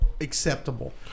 acceptable